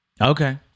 Okay